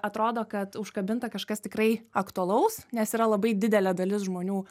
atrodo kad užkabinta kažkas tikrai aktualaus nes yra labai didelė dalis žmonių